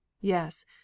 Yes